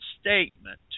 statement